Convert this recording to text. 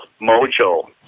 mojo